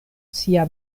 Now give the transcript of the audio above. sia